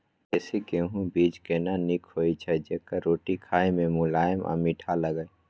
देसी गेहूँ बीज केना नीक होय छै जेकर रोटी खाय मे मुलायम आ मीठ लागय?